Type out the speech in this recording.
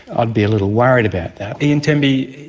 i'd be little worried about that. ian temby,